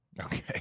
Okay